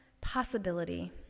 possibility